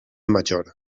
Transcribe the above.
major